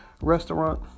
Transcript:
restaurant